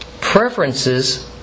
Preferences